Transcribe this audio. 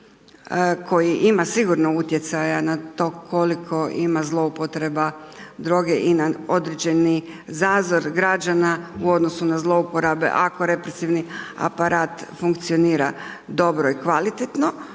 koji ima sigurno na utjecaja na to koliko ima zloupotreba droga i na određeni zazor građana u odnosu na zlouporabe, ako represivni aparat funkcionira dobro i kvalitetno.